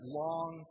long